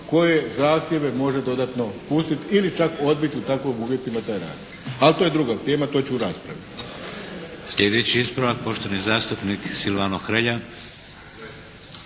koje zahtjeve može dodatno pustiti ili čak odbiti u takvim uvjetima za rad. Ali to je druga tema, to ću u raspravi.